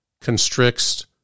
constricts